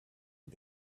and